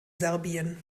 serbien